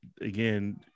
again